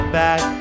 back